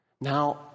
Now